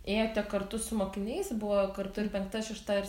ėjote kartu su mokiniais buvo kartu ir penkta šešta ir